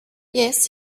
yes